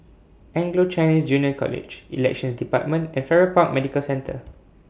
Anglo Chinese Junior College Elections department and Farrer Park Medical Centre